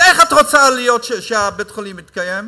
אז איך את רוצה שבית-החולים יתקיים?